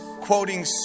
quoting